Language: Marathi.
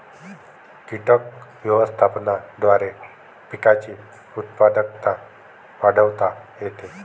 कीटक व्यवस्थापनाद्वारे पिकांची उत्पादकता वाढवता येते